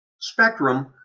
Spectrum